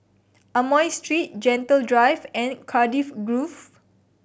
Amoy Street Gentle Drive and Cardiff Grove